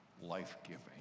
life-giving